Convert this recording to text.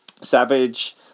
Savage